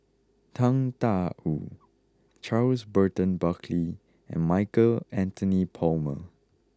Tang Da Wu Charles Burton Buckley and Michael Anthony Palmer